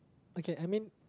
okay I mean